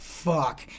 fuck